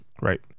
right